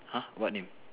!huh! what name